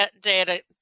data